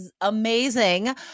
amazing